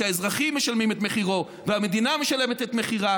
שהאזרחים משלמים את מחירו והמדינה משלמת את מחירו,